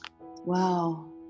Wow